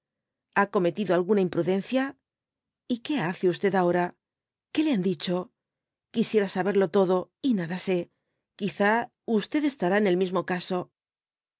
ha cometido alguna imprudencia y que hace ahora que le han dicho quisiera saberlo todo y nada sé quiza estará en el mismo caso